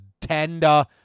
tender